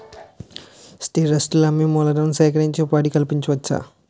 స్థిరాస్తులను అమ్మి మూలధనం సేకరించి ఉపాధి కల్పించవచ్చు